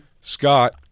Scott